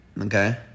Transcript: okay